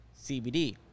CBD